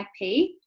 IP